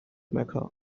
mecca